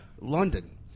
London